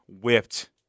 whipped